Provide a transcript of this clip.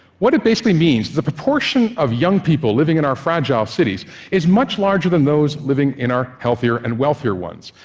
what it basically means is the proportion of young people living in our fragile cities is much larger than those living in our healthier and wealthier ones.